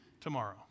tomorrow